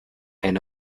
and